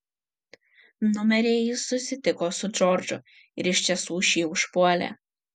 numeryje jis susitiko su džordžu ir iš tiesų šį užpuolė